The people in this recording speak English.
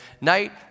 night